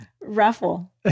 raffle